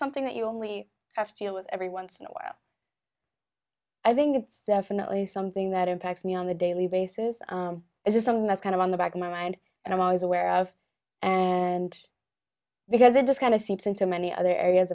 something that you only have to deal with every once in a while i think it's definitely something that impacts me on a daily basis is something that's kind of on the back of my mind and i'm always aware of and because it just kind of seeps into many other areas